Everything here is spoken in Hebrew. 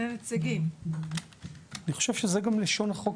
אני חושב שזה גם לשון החוק